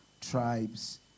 tribes